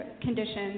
conditions